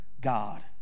God